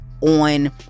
on